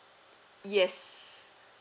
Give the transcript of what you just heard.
yes